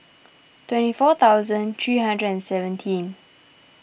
twenty four thousand three hundred and seventeen